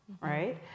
right